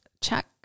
check